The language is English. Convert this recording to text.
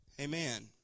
Amen